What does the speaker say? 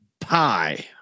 pie